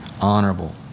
honorable